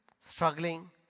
struggling